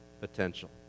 potential